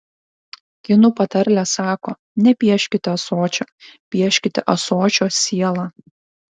kinų patarlė sako nepieškite ąsočio pieškite ąsočio sielą